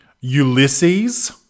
Ulysses